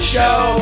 Show